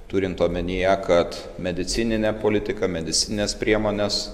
turint omenyje kad medicininė politika medicininės priemonės